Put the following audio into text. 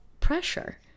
pressure